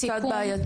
זה קצת בעייתי.